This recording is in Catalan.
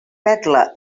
vetla